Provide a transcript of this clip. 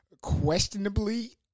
questionably